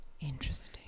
Interesting